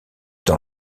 dans